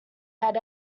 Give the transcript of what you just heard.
had